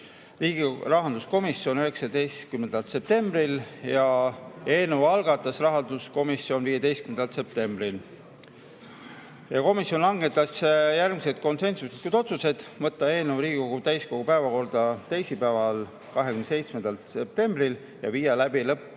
esimest lugemist 19. septembril ja eelnõu algatas rahanduskomisjon 15. septembril. Komisjon langetas järgmised konsensuslikud otsused: võtta eelnõu Riigikogu täiskogu päevakorda teisipäeval, 27. septembril ja viia läbi